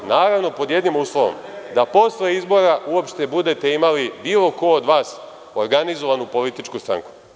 Naravno, pod jednim uslovom, da posle izbora uopšte budete imali, bilo ko od vas, organizovanu političku stranku.